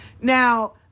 Now